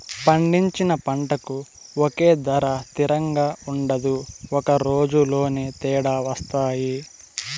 పండించిన పంటకు ఒకే ధర తిరంగా ఉండదు ఒక రోజులోనే తేడా వత్తాయి